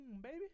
baby